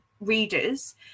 readers